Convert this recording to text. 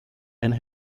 and